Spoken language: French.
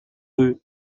rue